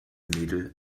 mädel